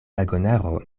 vagonaro